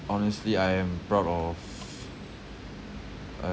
honestly I am proud of